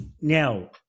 Now